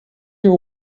your